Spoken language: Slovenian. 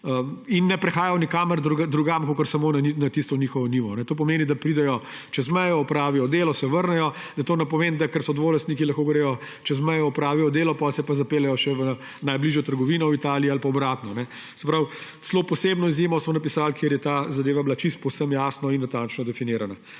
in ne prehajajo nikamor drugam, kakor samo na tisto svojo njivo. To pomeni, da pridejo čez mejo, opravijo delo, se vrnejo, to ne pomeni, da ker so dvolastniki, lahko gredo čez mejo, opravijo delo, potem se pa zapeljejo še v najbližjo trgovino v Italiji ali pa obratno. Se pravi, celo posebno izjemo smo napisali, kjer je ta zadeva bila povsem jasno in natančno definirana.